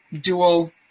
dual